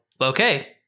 Okay